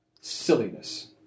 Silliness